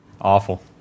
Awful